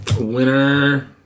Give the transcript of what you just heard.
Winner